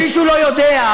אם מישהו לא יודע,